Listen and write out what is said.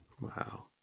Wow